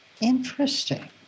Interesting